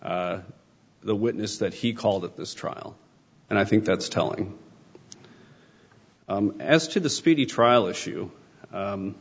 the witness that he called at this trial and i think that's telling as to the speedy trial issue